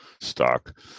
stock